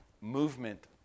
movement